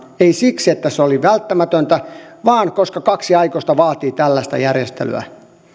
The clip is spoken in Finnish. ei siksi että se oli välttämätöntä vaan koska kaksi aikuista vaatii tällaista järjestelyä